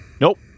Nope